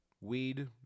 Weed